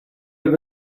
have